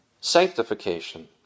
sanctification